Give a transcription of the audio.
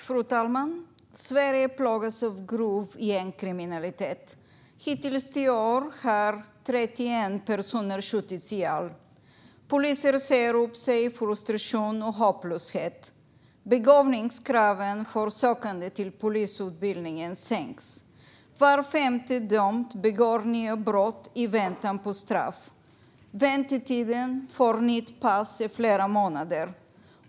Fru talman! Sverige plågas av grov gängkriminalitet. Hittills i år har 31 personer skjutits ihjäl. Poliser säger upp sig i frustration och hopplöshet, och begåvningskraven för sökande till polisutbildningen sänks. Var femte dömd begår nya brott i väntan på straff. Och väntetiden för nytt pass är flera månader.